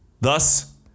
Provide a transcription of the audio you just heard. Thus